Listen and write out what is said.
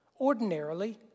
ordinarily